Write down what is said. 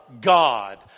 God